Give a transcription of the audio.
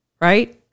right